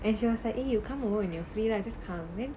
and she was like eh you come over when you're free lah just come then